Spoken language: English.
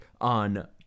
on